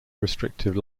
restrictive